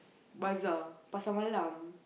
Bazaar Pasar-Malam